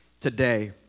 today